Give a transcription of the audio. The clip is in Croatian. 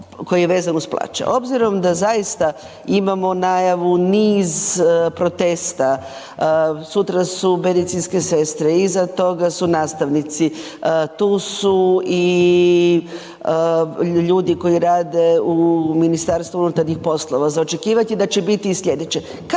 koji je vezan uz plaće. Obzirom da zaista imamo najavu niz protesta, sutra su medicinske sestre, iza toga su nastavnici, tu su i ljudi koji rade u MUP-u, za očekivati je da će biti i sljedeće,